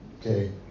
okay